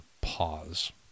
pause